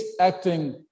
acting